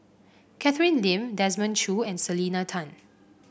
Catherine Lim Desmond Choo and Selena Tan